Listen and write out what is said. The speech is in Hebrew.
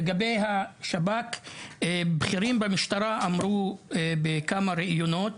לגבי השב״כ, בכירים במשטרה אמרו בכמה ראיונות,